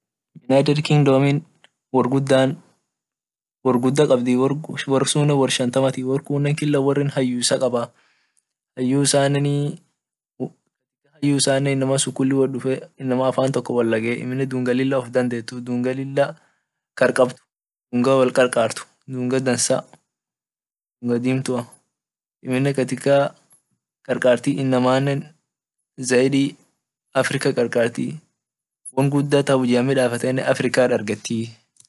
United kingdom worguda kabd worsune wor shantamati kila worri hayyu isa kab hayyu isanine kuli wotdufte afan tok woldagete amine dunga lila ufdandet dunga lila kar qabd dunga wol qarkat dunga dansa dimtu amine karkati inamae zaidi africa karkati wonguda hujia midafetene africara dargeti.